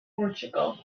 portugal